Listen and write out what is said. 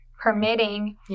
permitting